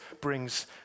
brings